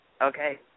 Okay